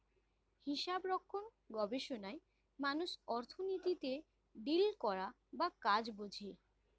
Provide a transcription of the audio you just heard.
হিসাবরক্ষণ গবেষণায় মানুষ অর্থনীতিতে ডিল করা বা কাজ বোঝে